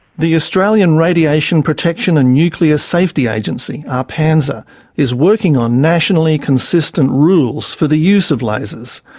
the australian radiation protection and nuclear safety agency, arpansa, is working on nationally consistent rules for the use of lasers.